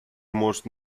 most